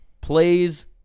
plays